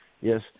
yes